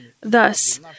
Thus